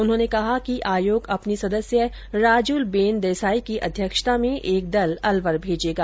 उन्होंने कहा आयोग अपनी सदस्य राजुल बेन देसाई की अध्यक्षता में एक दल अलवर भेजेगा